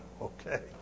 Okay